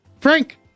Frank